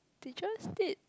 did y'all state